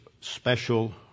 special